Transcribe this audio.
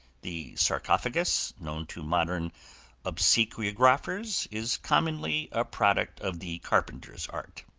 the sarcophagus known to modern obsequiographers is commonly a product of the carpenter's art.